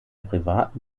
privaten